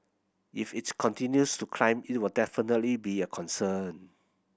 if it continues to climb it will definitely be a concern